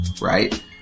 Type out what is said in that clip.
right